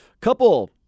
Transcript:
Couple